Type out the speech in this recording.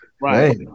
Right